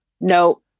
No